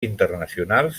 internacionals